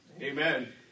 Amen